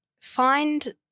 find